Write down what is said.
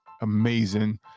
amazing